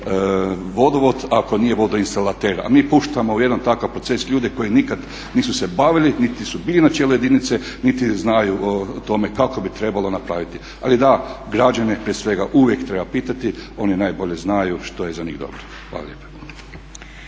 vodovod ako nije vodoinstalater. A mi puštamo u jedan takav proces ljude koji nikad nisu se bavili niti su bili na čelu jedinice niti znaju o tome kako bi trebalo napraviti. Ali da, građane prije svega uvijek treba pitati, oni najbolje znaju što je za njih dobro. Hvala lijepa.